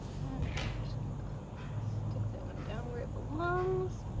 and again, just stick that one down where it belongs.